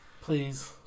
Please